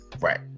Right